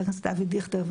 חבר הכנסת אבי דיכטר,